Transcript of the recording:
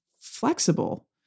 flexible